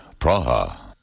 Praha